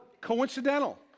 coincidental